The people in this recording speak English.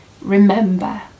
remember